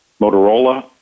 Motorola